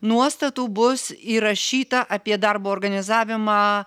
nuostatų bus įrašyta apie darbo organizavimą